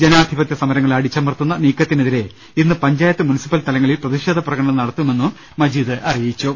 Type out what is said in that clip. ജനാധിപത്യ സമരങ്ങളെ അടിച്ചമർത്തുന്ന നീക്കത്തിനെതിരെ ഇന്ന് പഞ്ചായത്ത് മുനിസിപ്പൽ ത ലങ്ങളിൽ പ്രതിഷേധ പ്രകടനങ്ങൾ നടത്തുമെന്നും മജീദ് അറിയിച്ചു